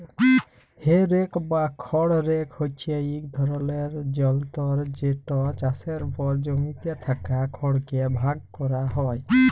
হে rake বা খড় rake হছে ইক ধরলের যলতর যেট চাষের পর জমিতে থ্যাকা খড়কে ভাগ ক্যরা হ্যয়